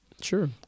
Sure